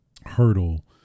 hurdle